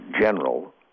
general